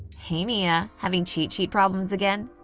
hey mia, having cheat sheet problems again?